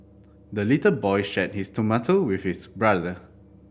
the little boy shared his tomato with his brother